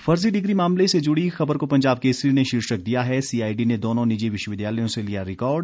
फर्जी डिग्री मामले से जुड़ी खबर को पंजाब केसरी ने शीर्षक दिया है सीआईडी ने दोनों निजी विश्वविद्यालयों से लिया रिकॉर्ड